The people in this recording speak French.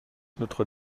notre